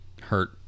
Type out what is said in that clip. hurt